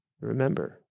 Remember